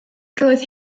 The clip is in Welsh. roedd